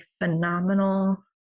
phenomenal